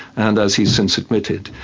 and as he's since admitted,